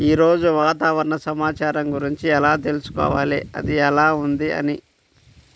ఈరోజు వాతావరణ సమాచారం గురించి ఎలా తెలుసుకోవాలి అది ఎలా ఉంది అని?